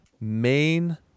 main